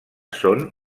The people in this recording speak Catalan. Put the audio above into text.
són